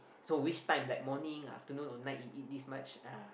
so which time like morning afternoon or night it eat this much uh